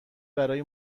برای